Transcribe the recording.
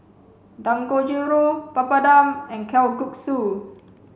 Dangojiru Papadum and Kalguksu